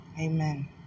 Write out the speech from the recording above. Amen